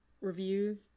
Review